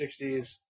60s